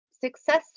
success